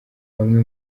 bamwe